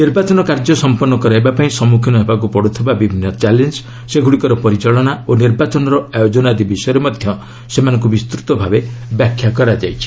ନିର୍ବାଚନ କାର୍ଯ୍ୟ ସମ୍ପନ୍ନ କରାଇବା ପାଇଁ ସମ୍ମୁଖୀନ ହେବାକୁ ପଡ଼ୁଥିବା ବିଭିନ୍ନ ଚ୍ୟାଲେଞ୍ଜ୍ ସେଗୁଡ଼ିକର ପରିଚାଳନା ଓ ନିର୍ବାଚନର ଆୟୋଜନ ଆଦି ବିଷୟରେ ମଧ୍ୟ ସେମାନଙ୍କୁ ବିସ୍ତୃତ ଭାବେ ବ୍ୟାଖ୍ୟା କରାଯାଇଛି